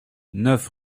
neuf